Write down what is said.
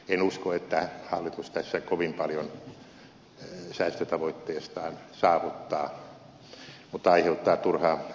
en usko että hallitus tässä kovin paljon säästötavoitteestaan saavuttaa mutta aiheuttaa turhaa ärtymystä